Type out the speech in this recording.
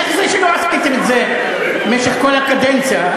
איך לא עשיתם את זה במשך כל הקדנציה,